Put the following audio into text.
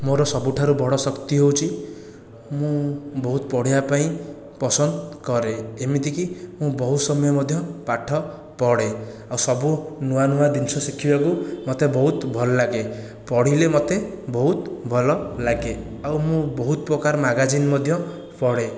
ମୋର ସବୁଠାରୁ ବଡ଼ ଶକ୍ତି ହେଉଛି ମୁଁ ବହୁତ ପଢ଼ିବା ପାଇଁ ପସନ୍ଦ କରେ ଏମିତି କି ମୁଁ ବହୁତ ସମୟ ମଧ୍ୟ ପାଠ ପଢ଼େ ଆଉ ସବୁ ନୂଆ ନୂଆ ଜିନିଷ ଶିଖିବାକୁ ମୋତେ ବହୁତ ଭଲ ଲାଗେ ପଢ଼ିଲେ ମୋତେ ବହୁତ ଭଲ ଲାଗେ ଆଉ ମୁଁ ବହୁତ ପ୍ରକାର ମ୍ୟାଗାଜିନ୍ ମଧ୍ୟ ପଢ଼େ